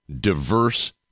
diverse